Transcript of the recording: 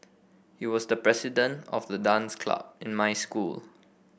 he was the president of the dance club in my school